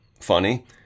funny